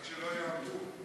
רק שלא יעברו.